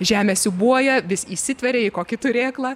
žemė siūbuoja vis įsitveria į kokį turėklą